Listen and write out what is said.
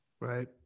Right